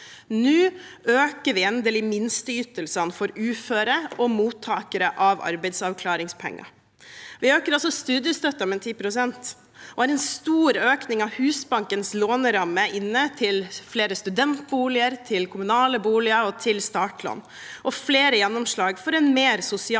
Nå øker vi endelig minsteytelsene for uføre og mottakere av arbeidsavklaringspenger. Vi øker også studiestøtten med 10 pst., og vi har inne en stor økning i Husbankens låneramme til flere studentboliger, kommunale boliger og startlån og flere gjennomslag for en mer sosial